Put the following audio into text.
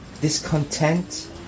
discontent